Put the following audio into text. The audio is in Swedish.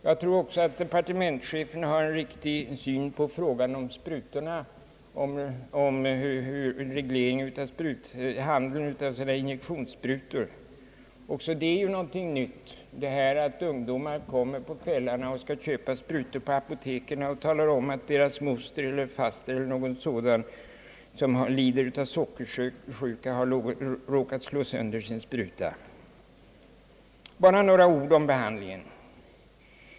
Enligt min mening har departementschefen också en riktig syn på frågan om injektionssprutorna och regleringen av handeln med sådana sprutor. Även det är ju någonting nytt: att ungdomar kommer på kvällarna och vill köpa sprutor på apoteken och säger att deras moster eller faster eller någon sådan, som lider av sockersjuka, råkat slå sönder sin spruta. Bara några ord om behandlingen.